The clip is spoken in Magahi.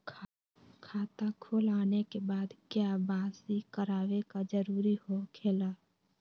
खाता खोल आने के बाद क्या बासी करावे का जरूरी हो खेला?